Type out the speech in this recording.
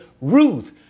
Ruth